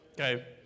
Okay